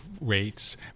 rates